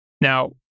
Now